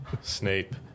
Snape